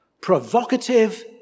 provocative